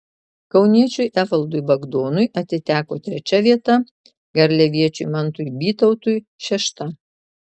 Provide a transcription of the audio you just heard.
kauniečiui evaldui bagdonui atiteko trečia vieta garliaviečiui mantui bytautui šešta